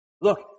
Look